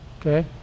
okay